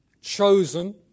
Chosen